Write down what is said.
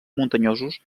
muntanyosos